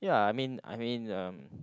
ya I mean I mean uh